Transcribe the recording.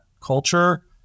culture